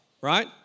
right